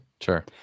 sure